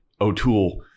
O'Toole